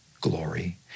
glory